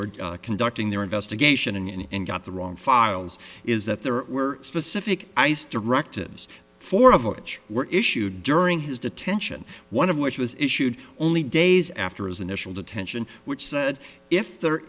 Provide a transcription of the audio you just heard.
were conducting their investigation and got the wrong files is that there were specific ice directives four of which were issued during his detention one of which was issued only days after his initial detention which said if there